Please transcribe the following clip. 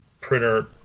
printer